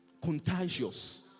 contagious